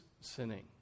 sinning